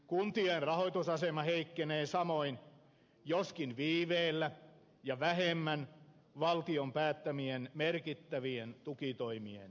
kuntien rahoitusasema heikkenee samoin joskin viiveellä ja vähemmän valtion päättämien merkittävien tukitoimien vuoksi